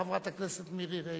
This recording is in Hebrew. חברת הכנסת מירי רגב.